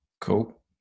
Cool